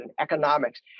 economics